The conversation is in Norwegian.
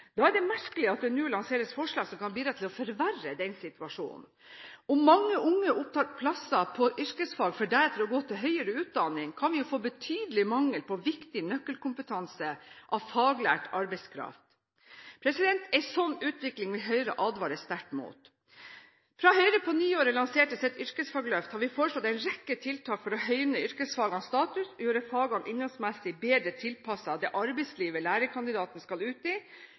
Da er det merkelig at det nå lanseres forslag som kan bidra til å forverre den situasjonen. Om mange unge opptar plasser på yrkesfag, for deretter å gå til høyere utdanning, kan vi få betydelig mangel på viktig nøkkelkompetanse i form av faglært arbeidskraft. En slik utvikling vil Høyre advare sterkt imot. Fra det året Høyre lanserte sitt yrkesfagløft, har vi foreslått en rekke tiltak for å høyne yrkesfagenes status og gjøre fagene innholdsmessig bedre tilpasset det arbeidslivet lærekandidaten skal ut i,